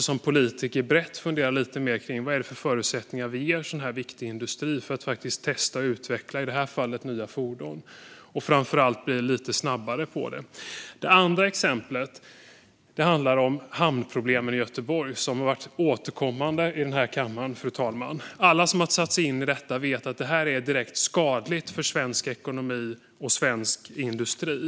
Som politiker måste vi fundera lite mer brett kring vilka förutsättningar vi ger sådan viktig industri för att testa och utveckla, i det här fallet, nya fordon och framför allt bli lite snabbare på det. Det andra exemplet handlar om hamnproblemen i Göteborg. Det har varit ett återkommande ämne i den här kammaren, fru talman. Alla som har satt sig in i detta vet att det är direkt skadligt för svensk ekonomi och svensk industri.